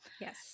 Yes